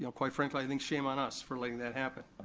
quite frankly, i think shame on us for letting that happen.